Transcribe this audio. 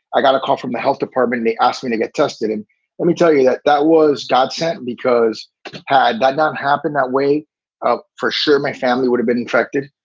i got a call from the health department. they asked me to get tested. and let me tell you that that was not sent, because had that not happened that way ah for sure, my family would have been infected.